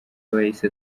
wahise